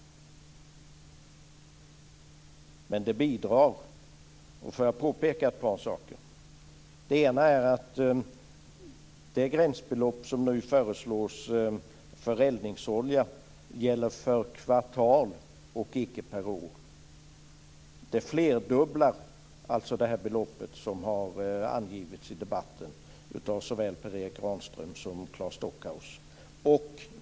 Men det bidrar. Jag vill påpeka ett par saker. Det ena är att det gränsbelopp som nu föreslås för eldningsolja gäller för kvartal och icke per år. Det flerdubblar det belopp som har angivits i debatten av såväl Per Erik Granström som Claes Stockhaus.